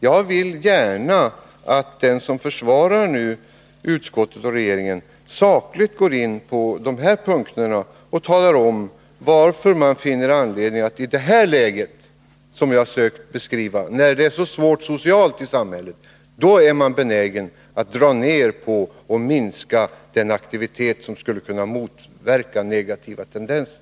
Jag vill gärna att den som försvarar utskottet och regeringen i de här frågorna sakligt går in på dessa punkter och talar om, varför man finner anledning att i ett läge som detta, när det socialt är så svårt i samhället, dra ner på anslagen och minska den aktivitet som skulle kunna motverka negativa tendenser.